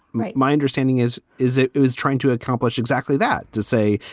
right. my understanding is, is it it was trying to accomplish exactly that. to say,